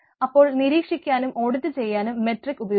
അപ്പോൾ നിരീക്ഷിക്കാനും ഓഡിറ്റ് ചെയ്യാനും മെട്രിക് ഉപയോഗിക്കുന്നു